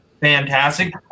fantastic